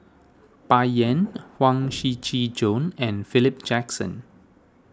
Bai Yan Huang Shiqi Joan and Philip Jackson